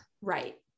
Right